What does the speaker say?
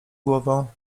głową